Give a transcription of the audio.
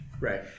Right